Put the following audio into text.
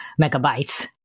megabytes